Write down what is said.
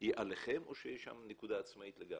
היא עליכם או שיש שם נקודה עצמאית לגמרי?